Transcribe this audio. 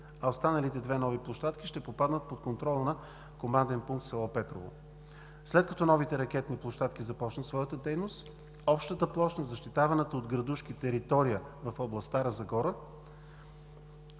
а останалите две нови площадки ще попаднат под контрола на команден пункт в село Петрово. След като новите ракетни площадки започнат своята дейност, общата площ на защитаваната от градушки територия в област Стара Загора